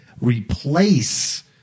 replace